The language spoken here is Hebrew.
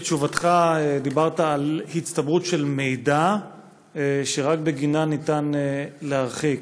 בתשובתך דיברת על הצטברות של מידע שרק בגינה ניתן להרחיק.